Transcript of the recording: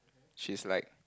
she's like